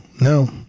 no